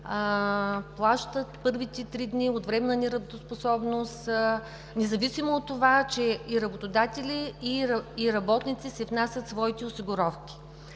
плащат първите три дни от временната неработоспособност, независимо от това, че и работодателите, и работниците внасят своите осигуровки.